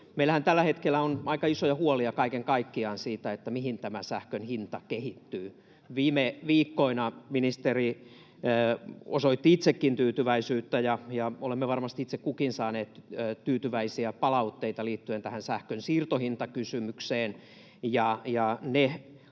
Meillähän tällä hetkellä on aika isoja huolia kaiken kaikkiaan siitä, mihin sähkön hinta kehittyy. Viime viikkoina ministeri osoitti itsekin tyytyväisyyttä, ja olemme varmasti itse kukin saaneet tyytyväisiä palautteita liittyen tähän sähkön siirtohintakysymykseen,